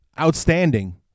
outstanding